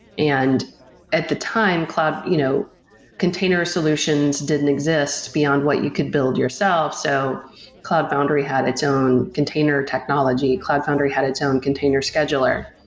and at the time, you know container solutions didn't exist beyond what you could build yourself. so cloud foundry had its own container technology. cloud foundry had its own container scheduler,